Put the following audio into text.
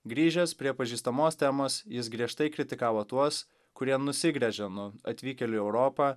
grįžęs prie pažįstamos temos jis griežtai kritikavo tuos kurie nusigręžia nuo atvykėlių į europą